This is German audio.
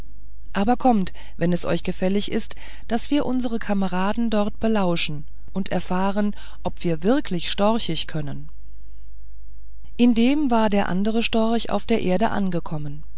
aber kommt wenn es euch gefällig ist daß wir unsere kameraden dort belauschen und erfahren ob wir wirklich storchisch können indem war der andere storch auf der erde angekommen